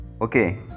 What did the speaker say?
okay